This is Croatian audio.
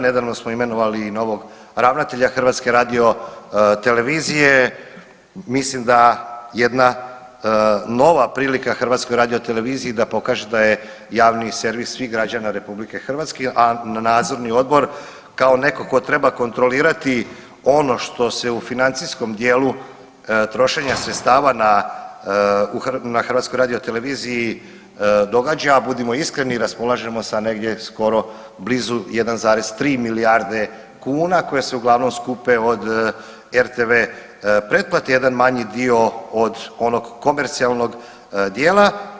Nedavno smo imenovali i novog ravnatelja HRT-a, mislim da jedna nova prilika HRT-a da pokaže da je javni servis svih građana RH, a nadzorni odbor kao neko ko treba kontrolirati ono što se u financijskom dijelu trošenja sredstava na HRT-u događa, a budimo iskreni raspolažemo sa negdje skoro 1,3 milijarde kuna koje se uglavnom skupe od RTV pretplate, jedan manji dio od onog komercijalnog dijela.